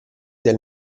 del